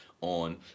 on